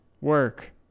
work